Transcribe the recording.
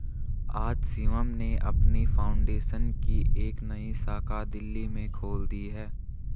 आज शिवम ने अपनी फाउंडेशन की एक नई शाखा दिल्ली में खोल दी है